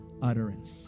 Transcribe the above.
utterance